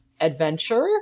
adventure